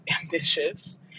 ambitious